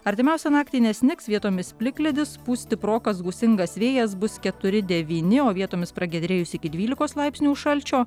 artimiausią naktį nesnigs vietomis plikledis pūs stiprokas gūsingas vėjas bus keturi devyni o vietomis pragiedrėjus iki dvylikos laipsnių šalčio